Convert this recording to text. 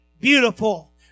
beautiful